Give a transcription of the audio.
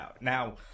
Now